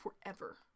forever